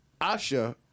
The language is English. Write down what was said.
Asha